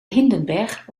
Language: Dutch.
hindenberg